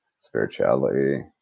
spirituality